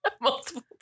Multiple